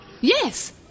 Yes